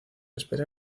espera